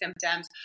symptoms